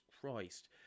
Christ